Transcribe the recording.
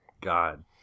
God